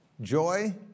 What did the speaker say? Joy